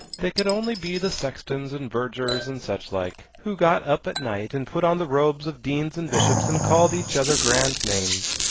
they could only be the sextons and vergers and such-like, who got up at night, and put on the robes of deans and bishops, and called each other grand names,